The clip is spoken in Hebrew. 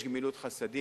יש גמילות חסדים,